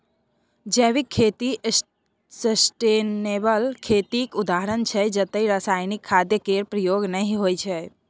जैविक खेती सस्टेनेबल खेतीक उदाहरण छै जतय रासायनिक खाद केर प्रयोग नहि होइ छै